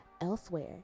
elsewhere